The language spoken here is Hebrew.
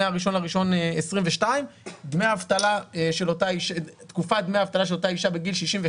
מה-1 בינואר 2022 תקופת דמי האבטלה של אותה אישה בגיל 62,